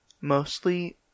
mostly